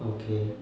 okay